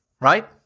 right